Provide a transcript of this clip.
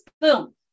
Boom